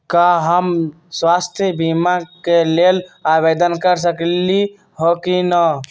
का हम स्वास्थ्य बीमा के लेल आवेदन कर सकली ह की न?